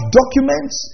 documents